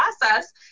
process